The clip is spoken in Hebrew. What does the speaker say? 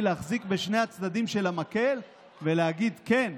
להחזיק בשני הצדדים של המקל ולהגיד: כן,